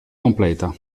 completa